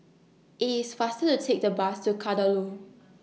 IT IS faster to Take The Bus to Kadaloor